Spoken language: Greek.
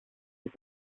και